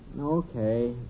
Okay